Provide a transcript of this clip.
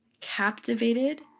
captivated